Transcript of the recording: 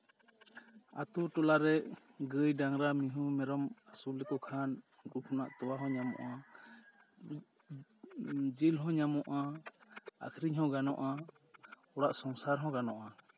ᱟᱛᱳ ᱴᱚᱞᱟᱨᱮ ᱜᱟᱹᱭ ᱰᱟᱝᱨᱟ ᱢᱤᱭᱦᱩ ᱢᱮᱨᱚᱢ ᱟᱹᱥᱩᱞ ᱞᱮᱠᱚ ᱠᱷᱟᱱ ᱩᱱᱠᱩ ᱠᱷᱚᱱᱟᱜ ᱛᱚᱣᱟ ᱦᱚᱸ ᱧᱟᱢᱚᱜᱼᱟ ᱡᱤᱞ ᱦᱚᱸ ᱧᱟᱢᱚᱜᱼᱟ ᱟᱹᱠᱷᱨᱤᱧ ᱦᱚᱸ ᱜᱟᱱᱚᱜᱼᱟ ᱚᱲᱟᱜ ᱥᱚᱝᱥᱟᱨ ᱦᱚᱸ ᱜᱟᱱᱚᱜᱼᱟ